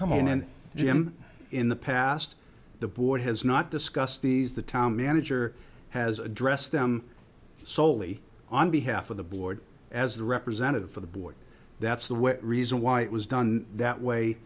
come on and jim in the past the board has not discussed these the town manager has addressed them solely on behalf of the board as a representative for the board that's the way reason why it was done that way